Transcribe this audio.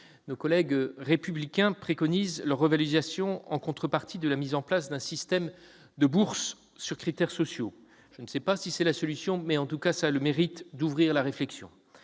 du groupe Les Républicains préconisent leur revalorisation, en contrepartie de la mise en place d'un système de bourses sur critères sociaux. Je ne sais si c'est la bonne solution, mais cette proposition a le mérite d'ouvrir la réflexion.